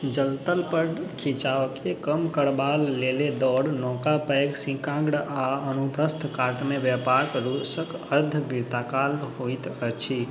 जलतल पर खिचावके कम करबा लेल दौड़ नौका पैघ संकीर्ण आ अनुप्रस्थ काटमे व्यापक रूपसँ अर्ध वृत्ताकार होइत अछि